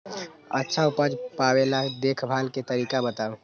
अच्छा उपज पावेला देखभाल के तरीका बताऊ?